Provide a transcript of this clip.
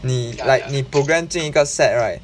你 like 你 program 进一个 set right